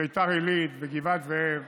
בביתר עילית, בגבעת זאב,